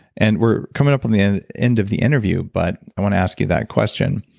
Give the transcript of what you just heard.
and we're coming up on the end end of the interview, but i want to ask you that question,